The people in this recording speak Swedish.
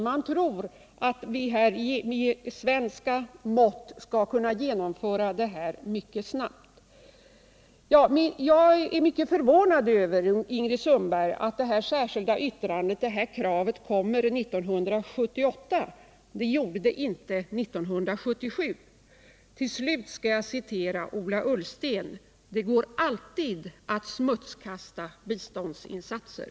Man tror att vi i svenska mått skall kunna genomföra projektet mycket snabbt. Jag är mycket förvånad, Ingrid Sundberg, över att det här kravet kommer 1978 när det inte kom 1977. Till slut skall jag citera Ola Ullsten: Det går alltid att smutskasta biståndsinsatser.